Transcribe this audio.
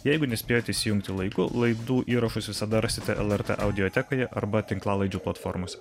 jeigu nespėjot įsijungti laiku laidų įrašus visada rasite lrt audiotekoje arba tinklalaidžių platformose